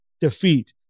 defeat